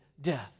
death